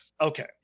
Okay